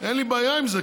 אין לי בעיה עם זה,